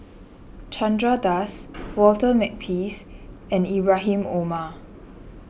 Chandra Das Walter Makepeace and Ibrahim Omar